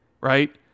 right